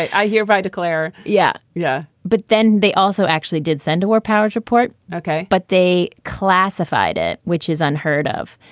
i hereby declare. yeah. yeah. but then they also actually did send a war powers report. okay. but they classified it, which is unheard of.